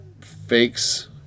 Fakes